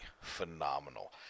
phenomenal